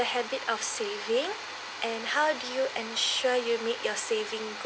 the habit of saving and how do you ensure you meet your saving